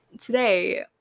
today